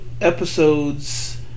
episodes